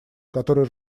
который